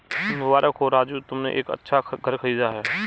मुबारक हो राजू तुमने एक अच्छा घर खरीदा है